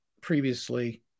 previously